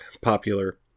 popular